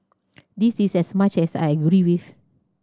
this is as much as I agree with